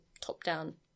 top-down